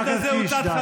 חברת הכנסת לוי אבקסיס,